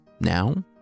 Now